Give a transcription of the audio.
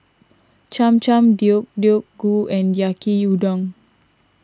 Cham Cham Deodeok Gui and Yaki Udon